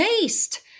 taste